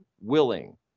willing